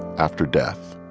after death